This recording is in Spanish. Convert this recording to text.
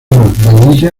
vainilla